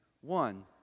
One